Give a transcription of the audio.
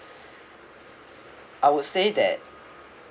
I would say that